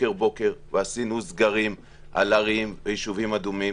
ביצענו סגרים עם ערים ויישובים אדומים.